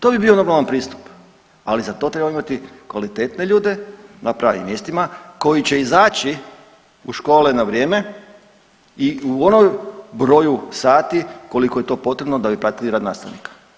To bi bio normalan pristup, ali za to trebamo imati kvalitetne ljude na pravim mjestima koji će izaći u škole na vrijeme i u onom broju sati koliko je to potrebno da bi pratili rad nastavnika.